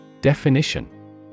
Definition